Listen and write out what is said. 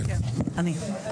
כן, אני.